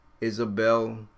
Isabel